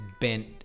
bent